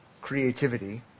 creativity